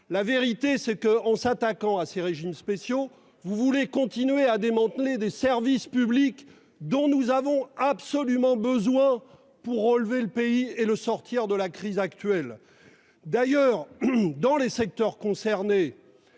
le ministre, c'est qu'en vous attaquant à ces régimes spéciaux vous voulez continuer à démanteler des services publics dont nous avons absolument besoin pour relever le pays et le sortir de la crise actuelle. D'ailleurs, dans les secteurs concernés,